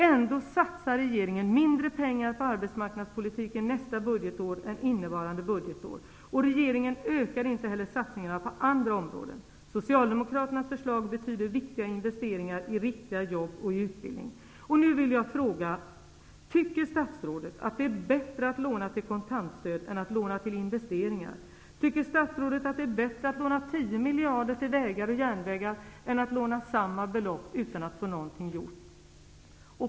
Ändå satsar regeringen mindre pengar på arbetsmarknadspolitiken nästa budgetår än innevarande budgetår. Regeringen ökar inte heller satsningarna på andra områden. Socialdemokraternas förslag betyder viktiga investeringar i riktiga jobb och i utbildning. Nu vill jag fråga om statsrådet tycker att det är bättre att låna till kontantstöd än att låna till investeringar. Tycker statsrådet att det är bättre att låna 10 miljarder till vägar och järnvägar än att låna samma belopp utan att få någonting gjort?